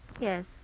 Yes